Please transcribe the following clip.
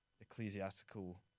ecclesiastical